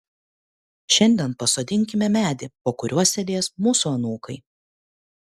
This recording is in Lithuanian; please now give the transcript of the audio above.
šiandien pasodinkime medį po kuriuo sėdės mūsų anūkai